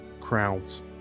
crowds